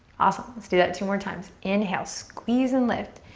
awesome. let's do that two more times. inhale. squeeze and lift.